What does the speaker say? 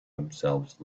themselves